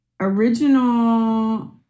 original